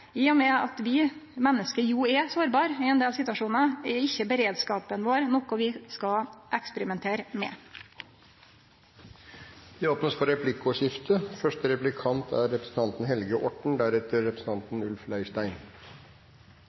I og med at vi menneske er sårbare i ein del situasjonar, er ikkje beredskapen vår berre noko vi skal eksperimentere med. Det åpnes for replikkordskifte. Jeg skal reise et spørsmål på et helt annet område, et område der det faktisk er